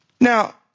Now